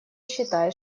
считает